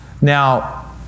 Now